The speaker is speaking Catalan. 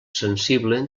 sensible